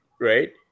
Right